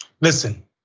Listen